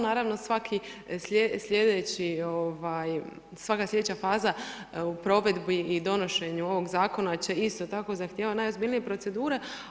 Naravno svaki sljedeći, svaka sljedeća faza u provedbi i donošenju ovog zakona će isto tako zahtijevati najozbiljnije procedure.